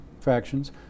factions